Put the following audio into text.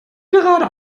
gerade